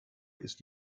ist